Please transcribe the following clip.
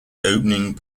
opening